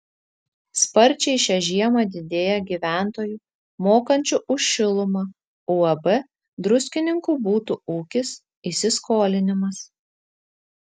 sparčiai šią žiemą didėja gyventojų mokančių už šilumą uab druskininkų butų ūkis įsiskolinimas